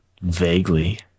Vaguely